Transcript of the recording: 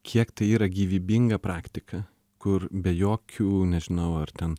kiek tai yra gyvybinga praktika kur be jokių nežinau ar ten